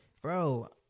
bro